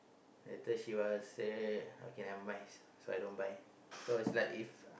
later she want say okay never mind so I don't mind so is like if